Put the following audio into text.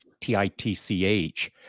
T-I-T-C-H